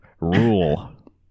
rule